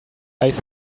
ice